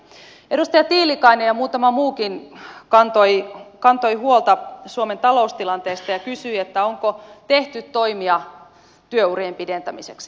edustaja tiilikainen ja muutama muukin kantoi huolta suomen taloustilanteesta ja kysyi että onko tehty toimia työurien pidentämiseksi